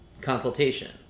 consultation